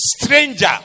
stranger